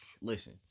Listen